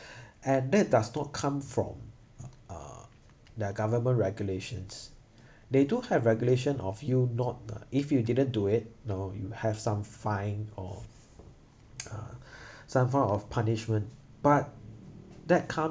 and that does not come from uh their government regulations they do have regulation of you not uh if you didn't do it you know you have some fine or ah some form of punishment but that come~